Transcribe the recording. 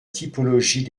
typologie